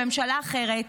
בממשלה אחרת,